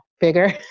bigger